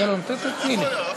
הקואליציה,